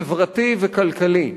חברתי וכלכלי.